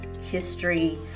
history